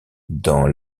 dans